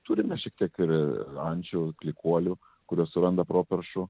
turime šiek tiek ir ančių klykuolių kurios suranda properšų